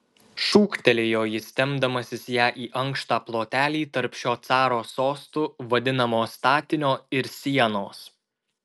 šūktelėjo jis tempdamasis ją į ankštą plotelį tarp šio caro sostu vadinamo statinio ir sienos